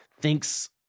thinks